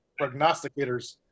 prognosticators